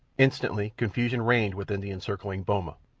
instantly confusion reigned within the encircling boma.